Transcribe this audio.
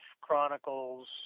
Chronicles